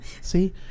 See